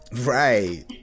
Right